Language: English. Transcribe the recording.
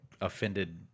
offended